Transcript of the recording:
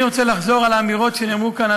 אינני רוצה לחזור על האמירות שנאמרו כאן,